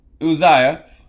Uzziah